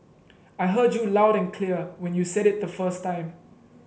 I heard you loud and clear when you said it the first time